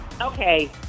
Okay